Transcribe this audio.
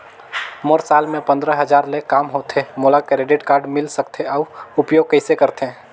मोर साल मे पंद्रह हजार ले काम होथे मोला क्रेडिट कारड मिल सकथे? अउ उपयोग कइसे करथे?